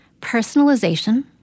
personalization